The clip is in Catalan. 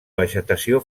vegetació